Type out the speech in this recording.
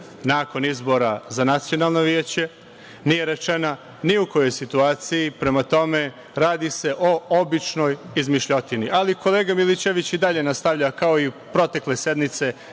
nakon izbora za nacionalna veća, nije rečena ni u kojoj situaciji. Prema tome, radi se o običnoj izmišljotini, ali kolega Milićević i dalje nastavlja, kao i protekle sedmice,